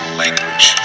language